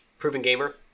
provengamer